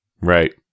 Right